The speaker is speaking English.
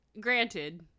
granted